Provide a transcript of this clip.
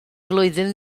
flwyddyn